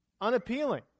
unappealing